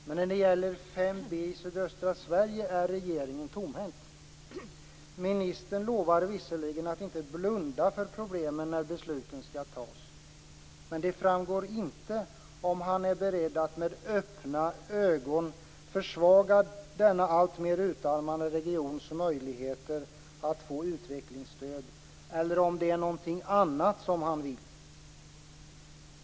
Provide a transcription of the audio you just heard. Men när det gäller 5 b i sydöstra Sverige är regeringen tomhänt. Ministern lovar visserligen att inte blunda för problemen när besluten skall fattas, men det framgår inte om han är beredd att med öppna ögon försvaga denna alltmer utarmade regions möjligheter att få utvecklingsstöd eller om det är någonting annat han vill.